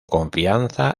confianza